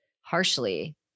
harshly